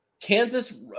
Kansas